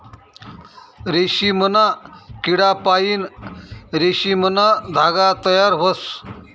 रेशीमना किडापाईन रेशीमना धागा तयार व्हस